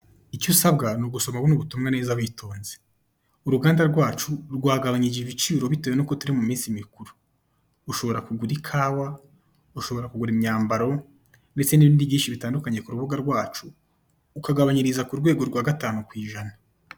Icyo usabwa ni ugusoma buno ubutumwa neza witonze, Uruganda rwacu rwagabanyije ibiciro bitewe n'uko turi mu minsi mikuru, ushobora kugura ikawa, ushobora kugura imyambaro ndetse n'ibindi byinshi bitandukanye ku rubuga rwacu, ukagabanyiriza ku rwego rwa gatanu k'uijana.